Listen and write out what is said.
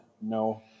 no